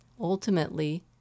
ultimately